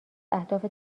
اهداف